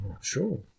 sure